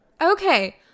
Okay